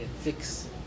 fix